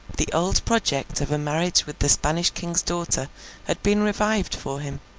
the old project of a marriage with the spanish king's daughter had been revived for him